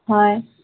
হয়